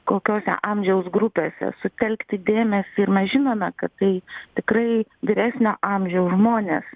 kokiose amžiaus grupėse sutelkti dėmesį ir mes žinome kad tai tikrai vyresnio amžiaus žmonės